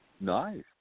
Nice